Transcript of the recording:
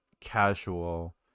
casual